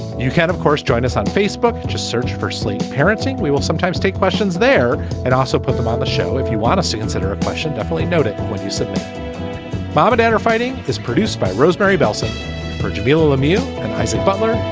you can, of course, join us on facebook. just search for sleep parenting. we will sometimes take questions there and also put them on the show if you want us to consider a question. definitely noted when you said bobbit and or fighting is produced by roseberry bellson for jamilah lemieux and isaac butler.